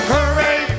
Hooray